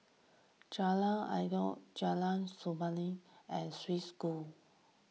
Jalan Antoi Jalan Samulun and Swiss School